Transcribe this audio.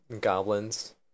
goblins